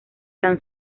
tan